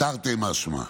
תרתי משמע.